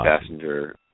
Passenger